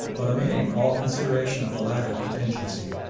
but omitting all consideration of the latter contingency,